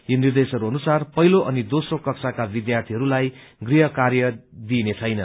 यी निर्देशहरू अनुसार पहिलो अनि दोम्रो कक्षाका विद्यार्थीहरूलाई गृहकार्य दिइनेछैन